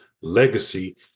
legacy